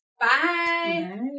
Bye